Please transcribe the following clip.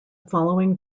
following